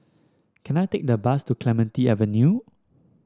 can I take a bus to Clementi Avenue